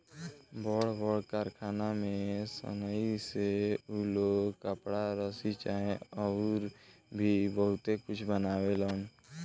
बड़ बड़ कारखाना में सनइ से उ लोग कपड़ा, रसरी चाहे अउर भी बहुते कुछ बनावेलन